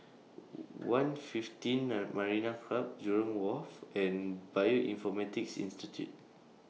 one fifteen Marina Club Jurong Wharf and Bioinformatics Institute